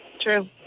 true